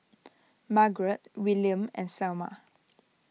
Margarett Willam and Selma